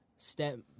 step